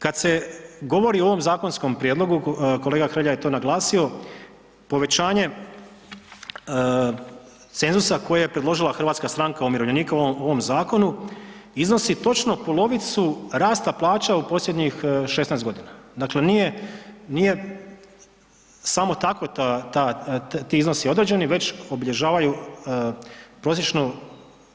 Kad se govori o ovom zakonskom prijedlogu, kolega Hrelja je to naglasio, povećanje cenzusa koji je predložila HSU u ovom zakonu iznosi točno polovicu rasta plaća u posljednjih 16.g. Dakle, nije, nije samo tako ta, ti iznosi određeni već obilježavaju prosječnu